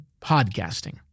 podcasting